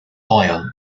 oil